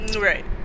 Right